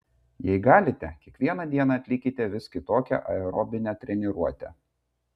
jei galite kiekvieną dieną atlikite vis kitokią aerobinę treniruotę